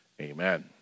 Amen